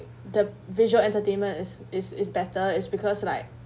the visual entertainment is is is better is because like